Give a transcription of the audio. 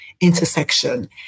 intersection